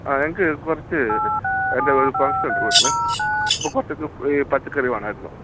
ആ എനിക്ക് കുറച്ചു എന്താണ് പറയുക ഫങ്ക്ഷൻ ഉണ്ട് വീട്ടിൽ അപ്പോൾ കുറച്ചു പച്ചക്കറി വേണമായിരുന്നു